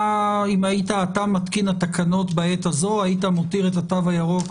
אם היית אתה מתקין התקנות בעת הזו היית מותיר את התו הירוק